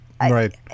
Right